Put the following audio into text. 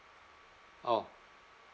oh